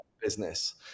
business